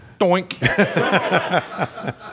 Doink